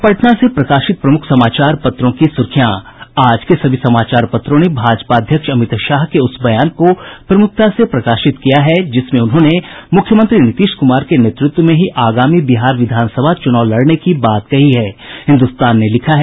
अब पटना से प्रकाशित प्रमुख समाचार पत्रों की सुर्खियां आज के सभी समाचार पत्रों ने भाजपा अध्यक्ष अमित शाह के उस बयान को प्रमुखता से प्रकाशित किया है जिसमें उन्होंने मुख्यमंत्री नीतीश कुमार के नेतृत्व में ही आगामी बिहार विधानसभा चुनाव लड़ने की बात कही है